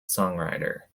songwriter